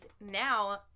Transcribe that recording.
now